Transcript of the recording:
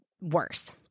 worse